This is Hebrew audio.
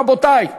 רבותי,